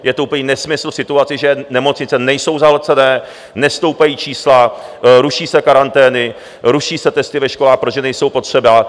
Je to úplný nesmysl v situaci, že nemocnice nejsou zahlcené, nestoupají čísla, ruší se karantény, ruší se testy ve školách, protože nejsou potřeba.